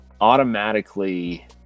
automatically